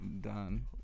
done